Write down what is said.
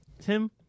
Tim